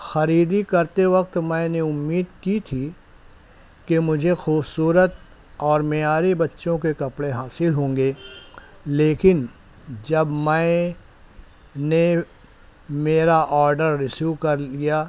خریدی کرتے وقت میں نے امید کی تھی کہ مجھے خوبصورت اور معیاری بچوں کے کپڑے حاصل ہوں گے لیکن جب میں نے میرا آڈر ریسیو کر لیا